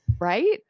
right